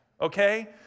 okay